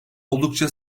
oldukça